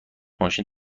ماشین